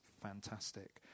fantastic